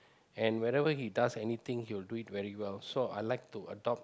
and whenever he does anything he will do it very well so I would like to adopt